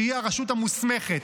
שהיא הרשות המוסמכת.